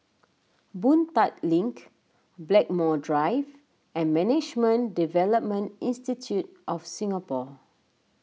Boon Tat Link Blackmore Drive and Management Development Institute of Singapore